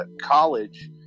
college